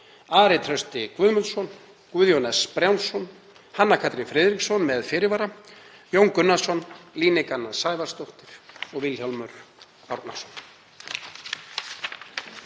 Ari Trausti Guðmundsson, Guðjón S. Brjánsson, Hanna Katrín Friðriksson, með fyrirvara, Jón Gunnarsson, Líneik Anna Sævarsdóttir og Vilhjálmur Árnason.